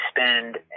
spend